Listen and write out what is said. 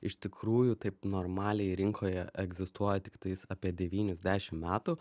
iš tikrųjų taip normaliai rinkoje egzistuoja tiktais apie devynis dešim metų